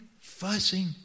fussing